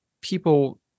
People